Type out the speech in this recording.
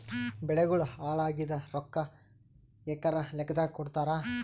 ಬೆಳಿಗೋಳ ಹಾಳಾಗಿದ ರೊಕ್ಕಾ ಎಕರ ಲೆಕ್ಕಾದಾಗ ಕೊಡುತ್ತಾರ?